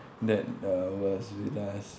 that uh was with us